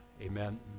amen